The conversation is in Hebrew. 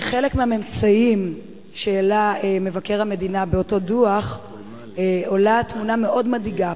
בממצאים שהעלה מבקר המדינה באותו דוח עולה תמונה מאוד מדאיגה.